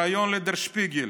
בריאיון לדר שפיגל: